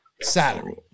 salary